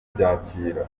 kubyakira